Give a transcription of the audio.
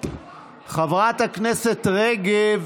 חברת הכנסת רגב,